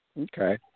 Okay